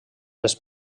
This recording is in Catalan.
les